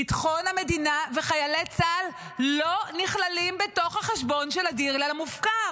ביטחון המדינה וחיילי צה"ל לא נכלל בתוך החשבון של הדיל המופקר.